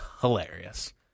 hilarious